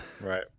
right